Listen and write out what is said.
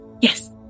Yes